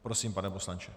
Prosím, pane poslanče.